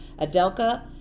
Adelka